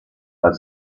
dal